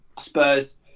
Spurs